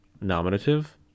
Nominative